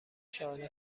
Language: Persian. شانه